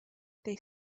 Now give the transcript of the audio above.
they